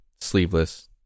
sleeveless